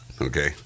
okay